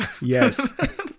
Yes